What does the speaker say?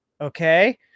Okay